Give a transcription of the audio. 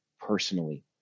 personally